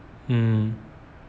mm